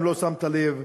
אם לא שמת לב,